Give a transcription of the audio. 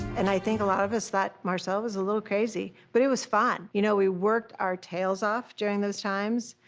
and i think a lot of us thought marcelo was a little crazy, but it was fun! you know we worked our tails off during those times,